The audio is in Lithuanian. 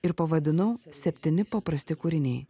ir pavadinau septyni paprasti kūriniai